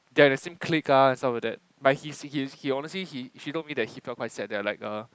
they are the same clique ah stuff like that but he he honestly he told me he felt quite sad I liked her